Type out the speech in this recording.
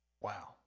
wow